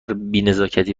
بینزاکتی